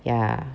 ya